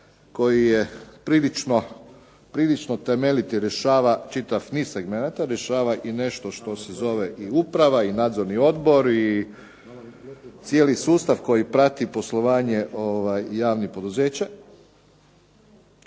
koji je prilično temeljit i rješava čitav niz segmenata, rješava i nešto što se zove i uprava i nadzorni odbor i cijeli sustav koji prati poslovanje javnih poduzeća,